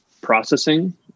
processing